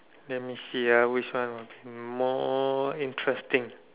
let me see ah which one more interesting